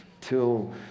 till